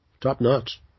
top-notch